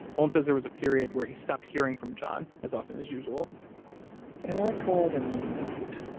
olin says there was a period where he stopped hearing from john as often as usual and i called him one night.